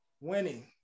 winning